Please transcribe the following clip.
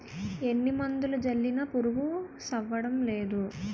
ఎన్ని మందులు జల్లినా పురుగు సవ్వడంనేదు